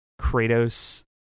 Kratos